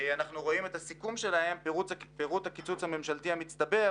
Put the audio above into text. אנחנו רואים את הסיכום שלהם ואת פירוט הקיצוץ הממשלתי המצטבר.